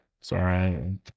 sorry